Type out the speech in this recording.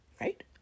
right